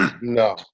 No